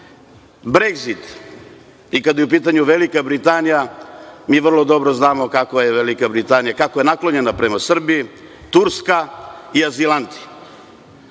Bregzit. Kada je u pitanju Velika Britanija, mi vrlo dobro znamo kako je Velika Britanija naklonjena prema Srbiji, Turska i azilanti.